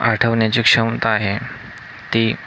आठवण्याची क्षमता आहे ती